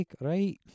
right